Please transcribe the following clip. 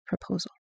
proposal